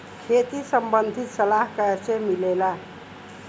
खेती संबंधित सलाह कैसे मिलेला?